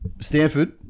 stanford